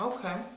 Okay